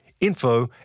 info